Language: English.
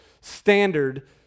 standard